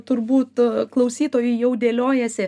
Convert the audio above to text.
turbūt klausytojui jau dėliojasi